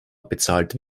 bezahlt